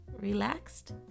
Relaxed